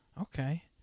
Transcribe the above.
Okay